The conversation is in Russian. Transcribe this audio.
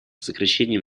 сокращением